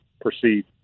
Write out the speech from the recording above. proceed